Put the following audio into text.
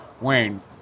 Wayne